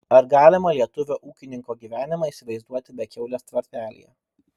ar galima lietuvio ūkininko gyvenimą įsivaizduoti be kiaulės tvartelyje